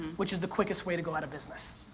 which is the quickest way to go out of business.